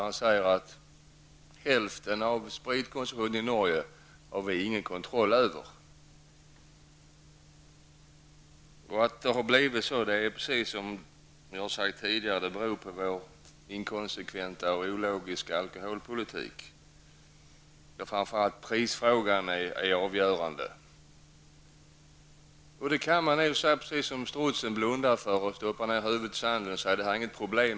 Han säger: Hälften av spritkonsumtionen i Norge har vi ingen kontroll över. Att det har blivit så här beror, som tidigare sagts, på vår inkonsekventa och ologiska alkoholpolitik. Framför allt är priset avgörande. Naturligtvis kan man göra som strutsen och stoppa ned huvudet i sanden och säga att det här inte är något problem.